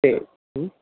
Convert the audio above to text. ਅਤੇ